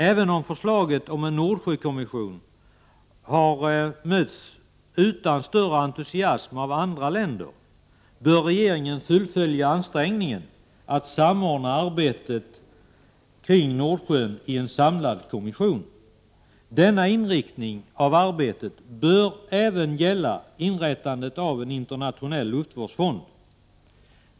Även om förslaget om en Nordsjökommission har mötts utan större entusiasm av andra länder, bör regeringen fullfölja ansträngningen att samordna arbetet kring Nordsjön i en samlad kommission. Denna inriktning av arbetet bör även gälla inrättandet av en internationell luftvårdsfond.